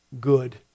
good